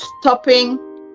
stopping